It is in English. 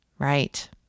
right